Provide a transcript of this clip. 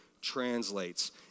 translates